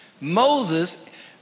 Moses